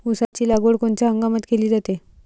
ऊसाची लागवड कोनच्या हंगामात केली जाते?